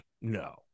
No